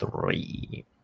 three